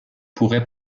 pourrait